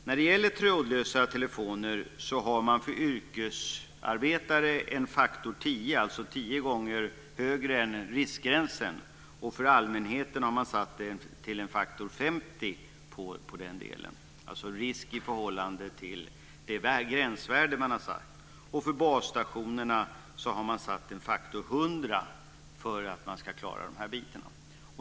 När det gäller trådlösa telefoner har man för yrkesarbetare en faktor 10, alltså tio gånger högre än riskgränsen, och för allmänheten har man satt den delen till faktor 50, alltså risk i förhållande till det gränsvärde man har satt. För basstationerna har man satt en faktor 100 för att klara den här biten.